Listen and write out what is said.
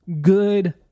good